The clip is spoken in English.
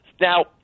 Now